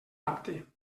apte